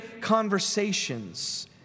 conversations